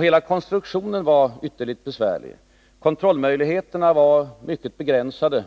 Hela konstruktionen var ytterligt besvärlig. Kontrollmöjligheterna var mycket begränsade.